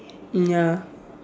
ya